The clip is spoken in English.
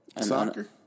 Soccer